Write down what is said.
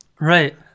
Right